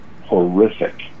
Horrific